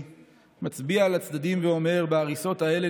/ מצביע לצדדים ואומר: / בהריסות האלה,